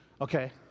Okay